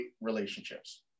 relationships